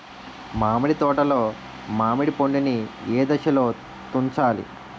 మామిడి తోటలో మామిడి పండు నీ ఏదశలో తుంచాలి?